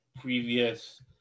previous